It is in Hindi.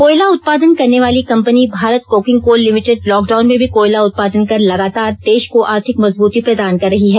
कोयला उत्पादन करने वाली company Bharat coking coal limited lockdown में भी कोयला उत्पादन कर लगातार देश को आर्थिक मजबूती प्रदान कर रही है